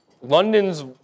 London's